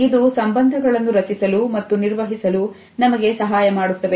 ಇದು ಸಂಬಂಧಗಳನ್ನು ರಚಿಸಲು ಮತ್ತು ನಿರ್ವಹಿಸಲು ನಮಗೆ ಸಹಾಯ ಮಾಡುತ್ತವೆ